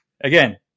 again